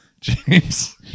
James